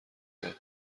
داد